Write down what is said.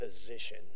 position